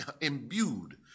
imbued